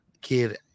kid